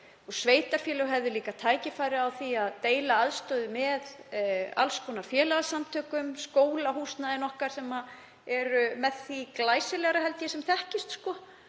sveitarfélög hefðu líka tækifæri til að deila aðstöðu með alls konar félagasamtökum, t.d. skólahúsnæðinu okkar sem er með því glæsilegra, held ég, sem þekkist.